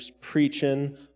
preaching